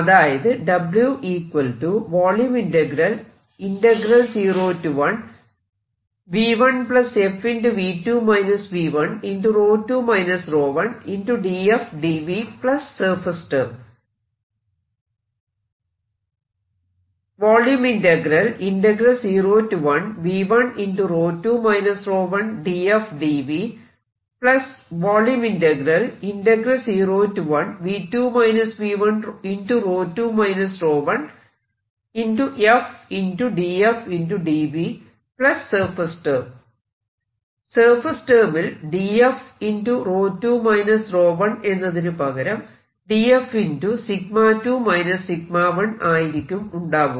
അതായത് സർഫേസ് ടേമിൽ df 𝜌2 𝜌1 എന്നതിനുപകരം df 𝜎2 𝜎1 ആയിരിക്കും ഉണ്ടാവുക